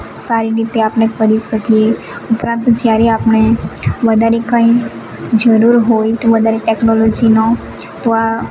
સારી રીતે આપણે કરી શકીએ ઉપરાંત જ્યારે આપણે વધારે કંઈ જરૂર હોય તો વધારે ટેક્નોલોજીનો વા